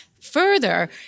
Further